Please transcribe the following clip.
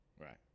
Right